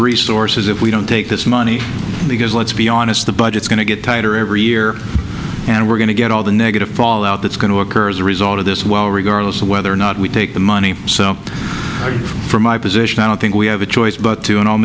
resources if we don't take this money because let's be honest the budgets going to get tighter every year and we're going to get all the negative fallout that's going to occur as a result of this well regardless of whether or not we take the money so from my position i don't think we have a choice but to and i'll